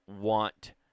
want